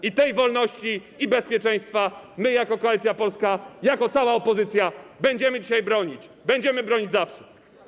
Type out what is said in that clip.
I tej wolności i bezpieczeństwa my, jako Koalicja Polska, jako cała opozycja, będziemy dzisiaj bronić, będziemy bronić zawsze.